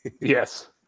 Yes